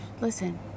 listen